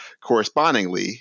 Correspondingly